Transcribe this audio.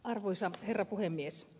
arvoisa herra puhemies